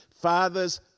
Father's